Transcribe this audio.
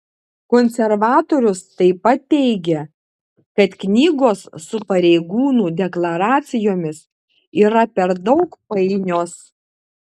konservatorius taip pat teigė kad knygos su pareigūnų deklaracijomis yra per daug painios